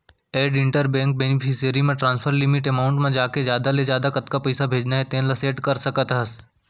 add inter bank beneficiary म transfer limit amount म जाके जादा ले जादा कतका पइसा भेजना हे तेन ल सेट कर सकत हस